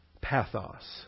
Pathos